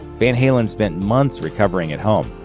van halen spent months recovering at home,